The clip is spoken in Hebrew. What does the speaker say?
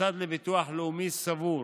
המוסד לביטוח לאומי סבור